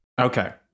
Okay